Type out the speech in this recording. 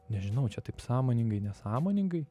nežinau čia taip sąmoningai nesąmoningai